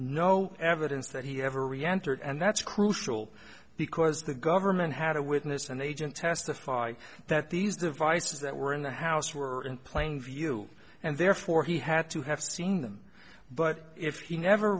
no evidence that he ever reacted and that's crucial because the government had a witness an agent testify that these devices that were in the house were in plain view and therefore he had to have seen them but if he never